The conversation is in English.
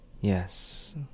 Yes